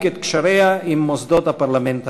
את קשריה עם מוסדות הפרלמנט האירופי.